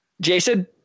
Jason